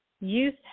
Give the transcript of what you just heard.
youth